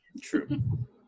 True